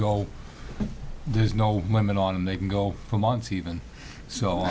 go there's no limit on they can go for months even so